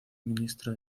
ministro